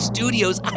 Studios